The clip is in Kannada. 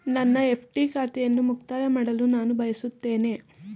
ನನ್ನ ಎಫ್.ಡಿ ಖಾತೆಯನ್ನು ಮುಕ್ತಾಯ ಮಾಡಲು ನಾನು ಬಯಸುತ್ತೇನೆ